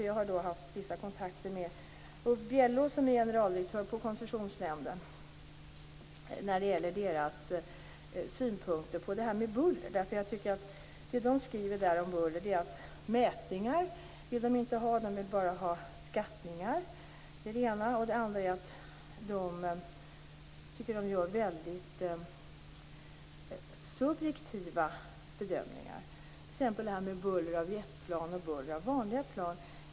Jag har haft vissa kontakter med Ulf Bjällås, generaldirektör på Koncessionsnämnden, när det gäller Koncessionsnämndens synpunkter på buller. Man skriver att man inte vill ha mätningar. Man vill bara ha skattningar. Jag tycker också att man gör väldigt subjektiva bedömningar, t.ex. när det gäller buller från jetplan och buller från vanliga plan.